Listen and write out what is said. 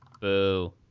Boo